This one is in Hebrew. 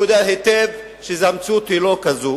הוא יודע היטב שהמציאות היא לא כזאת,